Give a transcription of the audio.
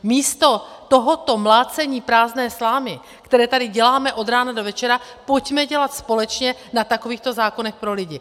Místo tohoto mlácení prázdné slámy, které tady děláme od rána do večera, pojďme dělat společně na takovýchto zákonech pro lidi.